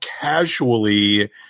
casually